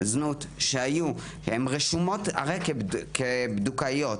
זנות רשומות במסוף כבדוקאיות,